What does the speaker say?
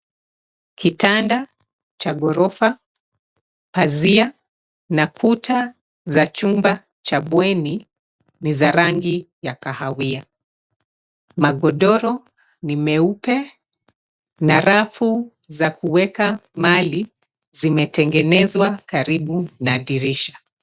Kitanda cha ghorofa, pazia na kuta za chumba cha bweni ni za rangi ya kahawia. Magodoro ni meupe na rafu za kuweka mali zimetengenezwa karibu na dirisha.